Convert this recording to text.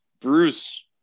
Bruce